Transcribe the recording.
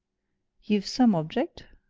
you've some object?